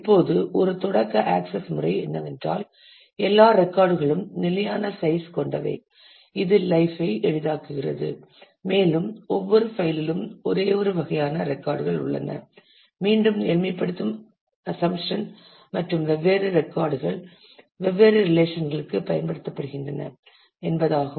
இப்போது ஒரு தொடக்க ஆக்சஸ் முறை என்னவென்றால் எல்லா ரெக்கார்ட் களும் நிலையான சைஸ் கொண்டவை இது லைப் ஐ எளிதாக்குகிறது மேலும் ஒவ்வொரு பைல் லிலும் ஒரே ஒரு வகையான ரெக்கார்ட் கள் உள்ளன மீண்டும் எளிமைப்படுத்தும் அஸம்ஷன் மற்றும் வெவ்வேறு ரெக்கார்ட் கள் வெவ்வேறு ரிலேஷன் களுக்குப் பயன்படுத்தப்படுகின்றன என்பதாகும்